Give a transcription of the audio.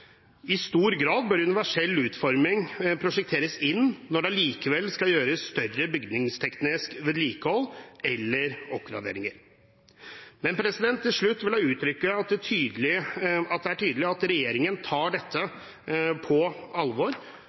I stor grad bør universell utforming prosjekteres inn når det allikevel skal gjøres større bygningsteknisk vedlikehold eller oppgraderinger. Til slutt vil jeg uttrykke at det er tydelig at regjeringen tar dette på alvor,